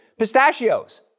pistachios